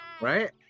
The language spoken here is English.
Right